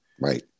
Right